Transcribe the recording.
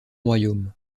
royaume